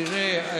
תראה,